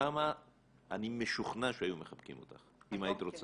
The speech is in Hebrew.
שם אני משוכנע שהיו מחבקים אותך אם היית רוצה.